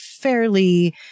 fairly